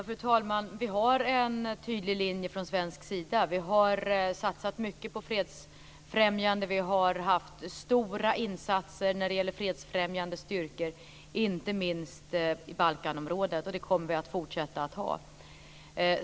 Fru talman! Vi har en tydlig linje från svensk sida. Vi har satsat mycket på fredsfrämjande, och vi har gjort stora insatser när det gäller fredsfrämjande styrkor, inte minst i Balkanområdet. Det kommer vi att fortsätta att ha.